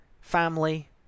family